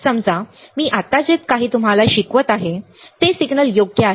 समजा मी आत्ता जे काही तुम्हाला शिकवत आहे ते सिग्नल योग्य आहे